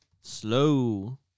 Slow